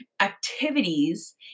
activities